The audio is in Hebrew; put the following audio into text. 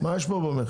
מה יש פה במכס.